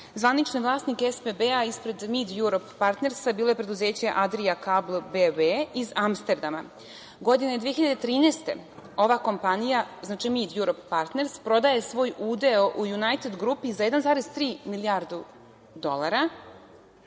Zvaničan vlasnik SBB-a ispred Mid Europa Partners bilo je preduzeće Adria Cable B.V. iz Amsterdama. Godine 2013. ova kompanija, znači Mid Europa Partners prodaje svoj udeo u „Junajted Grupi“ za 1,3 milijarde dolara